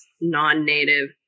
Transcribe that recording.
non-native